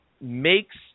makes